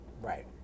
Right